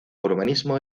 urbanismo